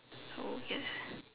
so yes